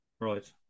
Right